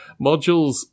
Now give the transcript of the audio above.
modules